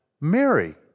Mary